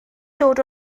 dod